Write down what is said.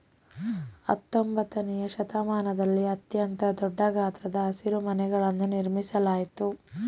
ಹತ್ತೊಂಬತ್ತನೆಯ ಶತಮಾನದಲ್ಲಿ ಅತ್ಯಂತ ದೊಡ್ಡ ಗಾತ್ರದ ಹಸಿರುಮನೆಗಳನ್ನು ನಿರ್ಮಿಸಲಾಯ್ತು